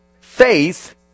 Faith